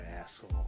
asshole